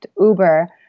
Uber